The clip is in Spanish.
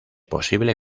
posible